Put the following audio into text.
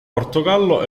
portogallo